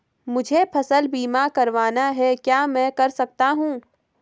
मुझे फसल बीमा करवाना है क्या मैं कर सकता हूँ?